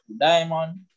Diamond